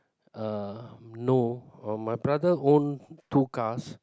uh no uh my brother own two cars